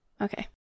Okay